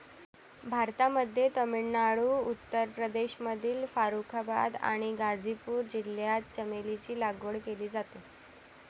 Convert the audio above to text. भारतामध्ये तामिळनाडू, उत्तर प्रदेशमधील फारुखाबाद आणि गाझीपूर जिल्ह्यात चमेलीची लागवड केली जाते